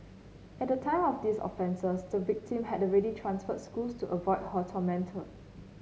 at the time of these offences the victim had already transferred schools to avoid her tormentor